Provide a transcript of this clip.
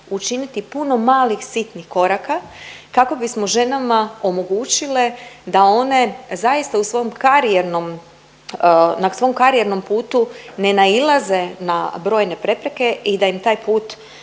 učiniti puno malih sitnih koraka kako bismo ženama omogućile da one zaista u svom karijernom, na svom karijernom putu ne nailaze na brojne prepreke i da im taj put